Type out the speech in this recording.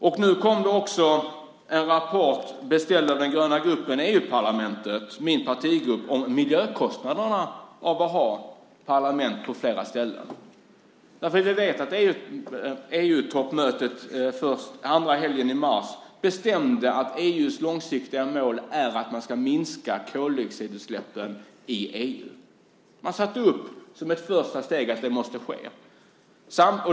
Det har kommit en rapport, beställd av den gröna gruppen i EU-parlamentet, min partigrupp, om miljökostnaderna av att ha parlament på flera ställen. Vi vet att EU-toppmötet först andra helgen i mars bestämde att EU:s långsiktiga mål är att man ska minska koldioxidutsläppen i EU. Man satte som ett första steg upp att det måste ske.